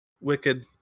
Wicked